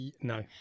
No